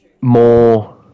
more